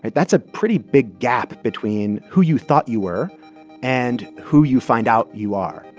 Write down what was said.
but that's a pretty big gap between who you thought you were and who you find out you are.